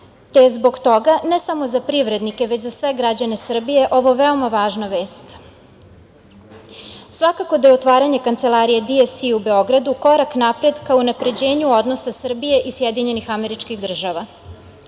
te zbog toga ne samo za privrednike, već za sve građane Srbije ovo je veoma važna vest. Svakako da je otvaranje Kancelarije DFC u Beogradu korak napred ka unapređenju odnosa Srbije i SAD. Ovo predstavlja